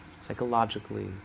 psychologically